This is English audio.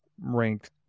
ranked